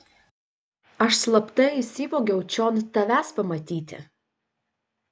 aš slapta įsivogiau čion tavęs pamatyti